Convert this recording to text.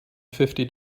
fifty